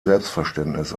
selbstverständnis